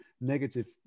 negative